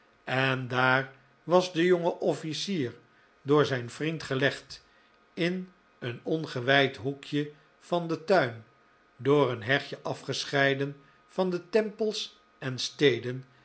en daar was de jonge officier door zijn vriend gelegd in een ongewijd hoekje van den tuin door een hegje afgescheiden van de tempels en steden